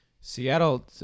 Seattle